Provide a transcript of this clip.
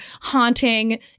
haunting